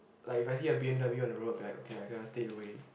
like if I see a B_M_W on the road I'd be like okay I got to stay away